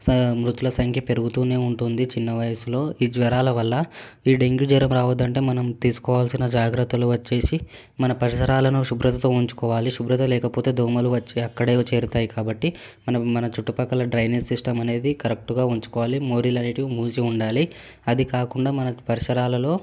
స మృతుల సంఖ్య పెరుగుతూనే ఉంటుంది చిన్న వయసులో ఈ జ్వరాల వల్ల ఈ డెంగ్యూ జ్వరం రావద్దంటే మనం తీసుకోవాల్సిన జాగ్రత్తలు వచ్చేసి మన పరిసరాలను శుభ్రతతో ఉంచుకోవాలి శుభ్రత లేకపోతే దోమలు వచ్చి అక్కడే చేరుతాయి కాబట్టి మన మన చుట్టుపక్కల డ్రైనేజ్ సిస్టం అనేది కరక్ట్గా ఉంచుకోవాలి మోరిల్ అనేటివి మూసి ఉండాలి అది కాకుండా మనకు పరిసరాలలో